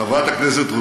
חברת הכנסת,